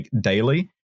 daily